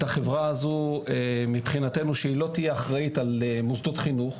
החברה הזו מבחינתנו שהיא לא תהיה אחראית על מוסדות חינוך.